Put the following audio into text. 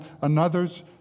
another's